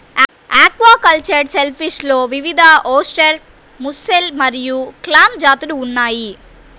aquacultured షెల్ఫిష్లో వివిధఓస్టెర్, mussel మరియు క్లామ్ జాతులు ఉన్నాయి